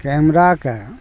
कैमराके